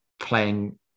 playing